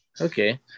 okay